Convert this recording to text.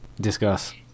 discuss